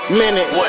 minute